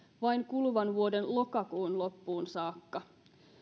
vain kuluvan vuoden lokakuun loppuun saakka